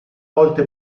volte